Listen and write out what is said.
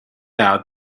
out